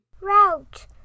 Route